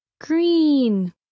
Green